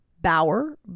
Bauer